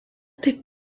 taip